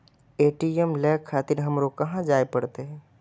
ATM ले खातिर हमरो कहाँ जाए परतें?